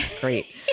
Great